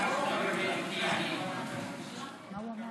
מה הוא אמר?